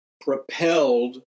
propelled